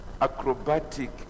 acrobatic